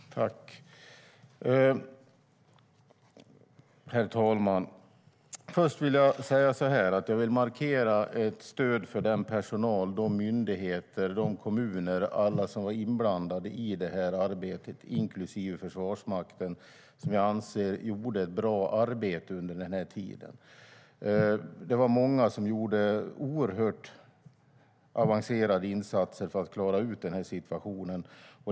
Herr talman! Först vill jag markera ett stöd för den personal, de myndigheter och de kommuner - alla som var inblandade i detta arbete, inklusive Försvarsmakten - som jag anser gjorde ett bra arbete under denna tid. Det var många som gjorde oerhört avancerade insatser för att klara situationen.